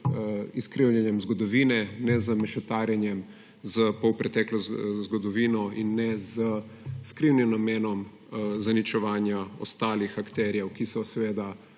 izkrivljanjem zgodovine, ne z mešetarjenjem s polpreteklo zgodovino in ne s skrivnim namenom zaničevanja ostalih akterjev, ki so seveda